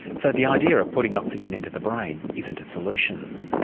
so the idea of putting oxygen into the brain isn't a solution.